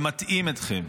מטעים אתכם.